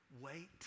wait